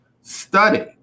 Study